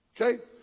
Okay